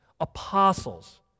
Apostles